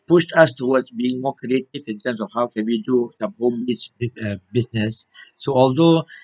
pushed us towards being more creative in terms of how can we do the home busi~ uh business so although